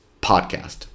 podcast